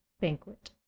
banquet